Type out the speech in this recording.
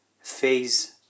phase